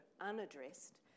unaddressed